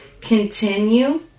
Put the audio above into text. Continue